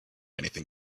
anything